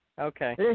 Okay